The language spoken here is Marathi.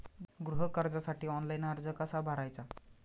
गृह कर्जासाठी ऑनलाइन अर्ज कसा भरायचा?